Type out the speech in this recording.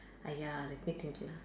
!aiya! let me think lah